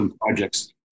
projects